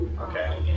Okay